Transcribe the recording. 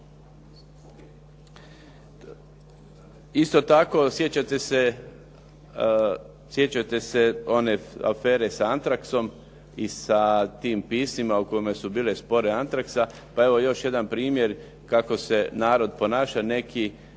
Isto tako sjećate se one afere sa antraksom i sa tim pismima u kojima su bile te spore antraksa, pa evo još jedan primjer kako se narod ponaša,